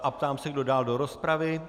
Ptám se, kdo dál do rozpravy.